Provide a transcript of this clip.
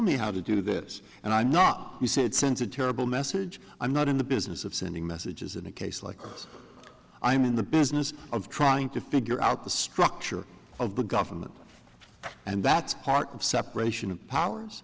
me how to do this and i'm not you say it sends a terrible message i'm not in the business of sending messages in a case like this i'm in the business of trying to figure out the structure of the government and that's part of separation of powers